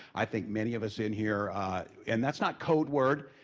i think many of us in here and that's not code word,